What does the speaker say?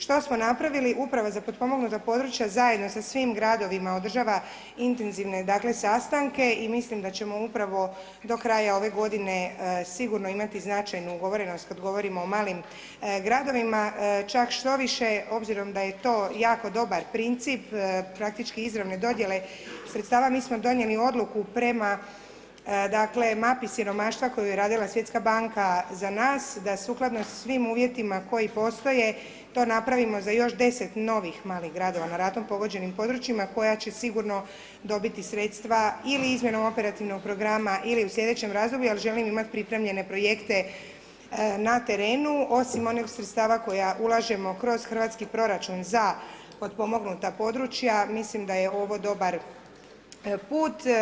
Što smo napravili, Uprava za potpomognuta područja zajedno sa svim gradovima održava intenzivne, dakle, sastanke i mislim da ćemo upravo do kraja ove godine sigurno imati značajnu, govorim vam, kad govorim o malim gradovima, čak štoviše, obzirom da je to jako dobar princip, praktički izravne dodijele sredstava, mi smo donijeli odluku prema, dakle, mapi siromaštva koju je radila Svjetska banka za nas da sukladno svim uvjetima koji postoje to napravimo za još 10 novih malih gradova na ratom pogođenim područjima, koja će sigurno dobiti sredstva ili izmjenom operativnog programa ili u slijedećem razdoblju, ali želim imati pripremljene projekte na terenu, osim onih sredstava koja ulažemo kroz hrvatski proračun za potpomognuta područja, mislim da je ovo dobar put.